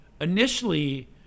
Initially